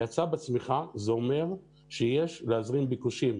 המשמעות של האצה בצמיחה היא שיש להזרים ביקושים.